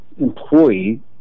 employee